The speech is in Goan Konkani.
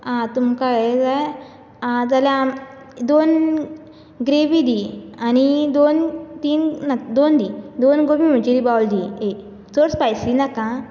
आ तुमकां ये जाय जाल्यार दोन ग्रेवी दी आनी दोन तीन ना दोन दी दोन गोबी मंच्यूरियन बावल दी चड स्पायसि नाका आं